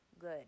good